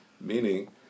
Meaning